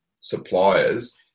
suppliers